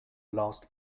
lost